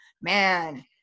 man